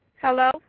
Hello